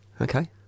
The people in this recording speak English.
Okay